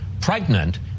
pregnant